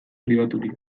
pribaturik